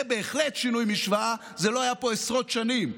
זה בהחלט שינוי משוואה, זה לא היה פה עשרות שנים.